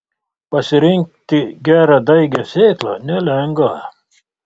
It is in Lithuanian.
pasirinkti gerą daigią sėklą nelengva